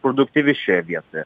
produktyvi šioje vietoje